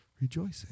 Rejoicing